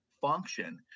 function